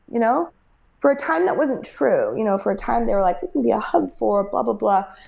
you know for a time, that wasn't true. you know for a time, they were like, it can be a hug for blah-blah-blah.